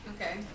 Okay